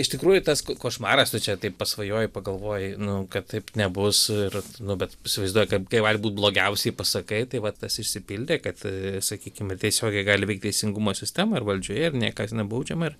iš tikrųjų tas košmaras tai čia taip pasvajoji pagalvoji nu kad taip nebus ir nu bet įsivaizduoji kaip kaip gali būt blogiausiai pasakai tai vat tas išsipildė kad sakykime tiesiogiai gali veikt teisingumo sistemą ir valdžioje ir niekas nebaudžiama ir